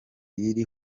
y’iri